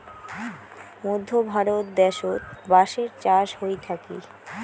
মধ্য ভারত দ্যাশোত বাঁশের চাষ হই থাকি